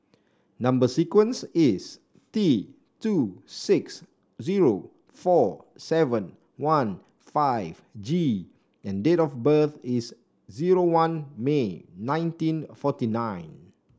number sequence is T two six zero four seven one five G and date of birth is zero one May nineteen forty nine